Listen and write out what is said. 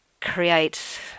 create